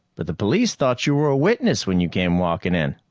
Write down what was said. but the police thought you were a witness when you came walking in.